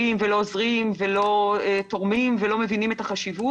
ולא עוזרת ולא תורמת ולא מבינה את החשיבות.